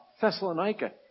Thessalonica